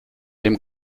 dem